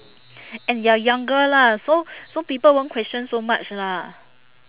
and you are younger lah so so people won't question so much lah